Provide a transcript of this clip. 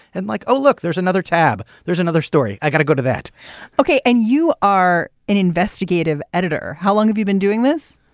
and like oh look there's another tab there's another story i've got to go to that okay. and you are an investigative editor. how long have you been doing this.